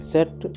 Set